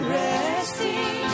resting